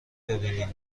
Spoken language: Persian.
ببینین